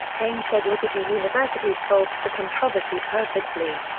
kaine said liberty university solved the controversy perfectly.